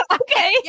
Okay